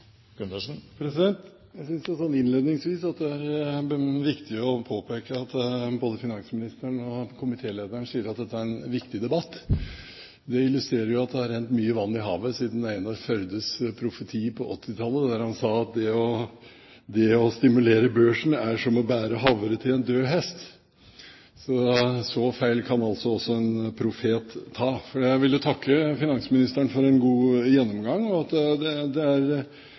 Jeg synes, innledningsvis, at det er viktig å påpeke at både finansministeren og komitélederen sier at dette er en viktig debatt. Det illustrerer at det har rent mye vann i havet siden Einar Førdes profeti på 1980-tallet, da han sa at det å stimulere børsen er som å bære havre til en død hest. Så feil kan også en profet ta. Jeg vil takke finansministeren for en god gjennomgang.